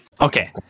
Okay